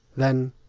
then,